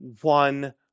one